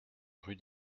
rue